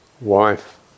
wife